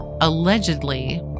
allegedly